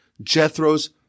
Jethro's